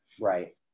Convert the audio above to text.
Right